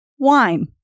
Wine